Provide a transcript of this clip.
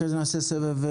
אחרי זה נעשה סבב,